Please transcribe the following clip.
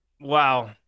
Wow